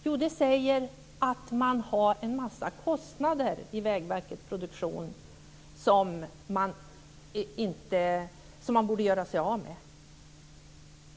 Jo, det säger att man har en massa kostnader i Vägverket Produktion som man borde göra sig av med.